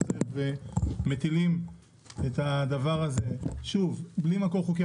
שצריך ומטילים את הדבר הזה על המועסקים היא בלי מקור חוקי.